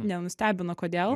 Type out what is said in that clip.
nenustebino kodėl